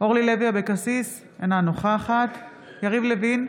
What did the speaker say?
אורלי לוי אבקסיס, אינה נוכחת יריב לוין,